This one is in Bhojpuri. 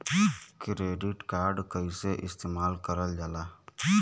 क्रेडिट कार्ड कईसे इस्तेमाल करल जाला?